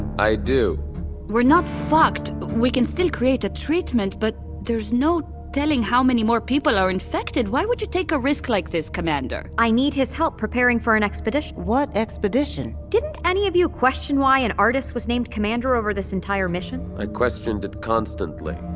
i do we're not fucked, we can still create a treatment. but there's no telling how many more people are infected. why would you take a risk like this, commander? i needed his help preparing for an expedition what expedition? didn't any of you question why an artist was named commander over this entire mission? i like questioned it constantly